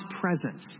presence